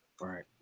right